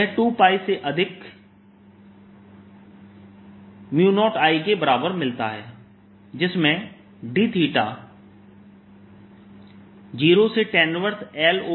यह 2 pi से अधिक mu naught I के बराबर मिलता है जिसमें dθ 0 से tan 1Ls तक परिवर्तित हो रहा है